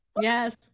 yes